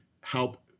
help